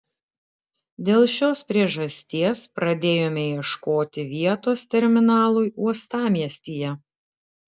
dėl šios priežasties pradėjome ieškoti vietos terminalui uostamiestyje